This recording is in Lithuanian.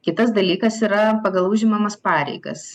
kitas dalykas yra pagal užimamas pareigas